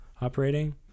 operating